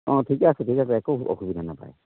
অঁ ঠিকে আছে ঠিক আছে একো অসুবিধা নাপায়